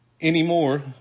anymore